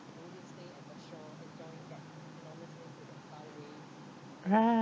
right